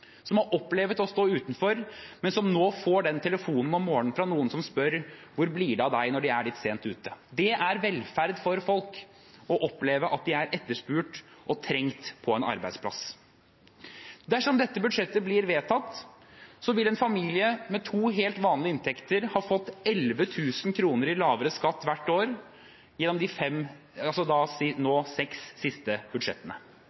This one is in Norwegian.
som har opplevd å stå utenfor, og som nå får den telefonen – når de er litt sent ute om morgenen – fra noen som spør: Hvor blir det av deg? Det er velferd for folk å oppleve at de er etterspurt og trengs på en arbeidsplass. Dersom dette budsjettet blir vedtatt, vil en familie med to helt vanlige inntekter ha fått 11 000 kr i lavere skatt hvert år gjennom de